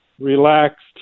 relaxed